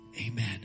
amen